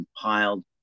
compiled